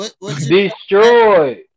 Destroyed